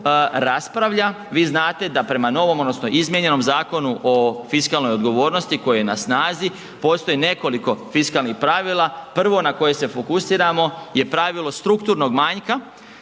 vi znate da prema novom odnosno izmijenjenom Zakonu o fiskalnoj odgovornosti koji je na snazi postoji nekoliko fiskalnih pravila, prvo na koje se fokusiramo je pravilo strukturnog manjka